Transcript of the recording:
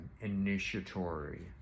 initiatory